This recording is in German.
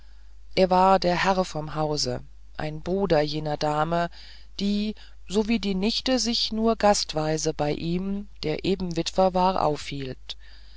es war der herr vom hause ein bruder jener dame die so wie die nichte sich nur gastweise bei ihm der eben witwer war aufhielt